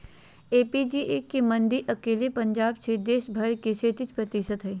APMC मंडी अकेले पंजाब मे देश भर के तेतीस प्रतिशत हई